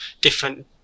different